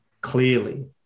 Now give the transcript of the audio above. clearly